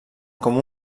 com